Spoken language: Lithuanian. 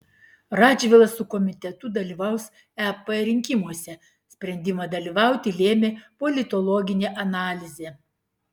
radžvilas su komitetu dalyvaus ep rinkimuose sprendimą dalyvauti lėmė politologinė analizė